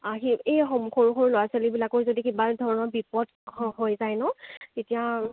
আহি এই সৰু সৰু ল'ৰা ছোৱালী বিলাকৰ যদি কিবা ধৰণৰ বিপদ হৈ যায় ন তেতিয়া